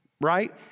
right